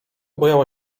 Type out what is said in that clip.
bujała